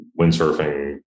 windsurfing